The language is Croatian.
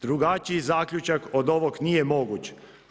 Drugačiji zaključak od ovog nije moguć.